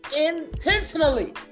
Intentionally